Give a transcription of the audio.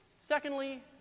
Secondly